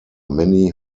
many